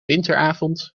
winteravond